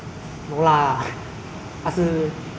以前 ah 以前叫那些小弟弟工作什么